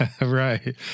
Right